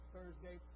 Thursday